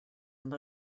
amb